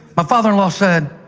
but father-in-law said,